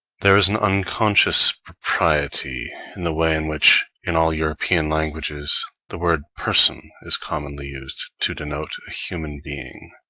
there is an unconscious propriety in the way in which, in all european languages, the word person is commonly used to denote a human being.